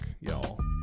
y'all